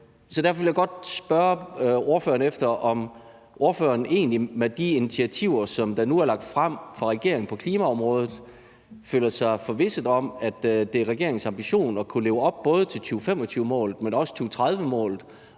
Derfor vil jeg godt spørge ordføreren, om ordføreren egentlig med de initiativer, der nu er lagt frem fra regeringens side på klimaområdet, føler sig forvisset om, at det er regeringens ambition at kunne leve op både til 2025-målet, men også 2030-målet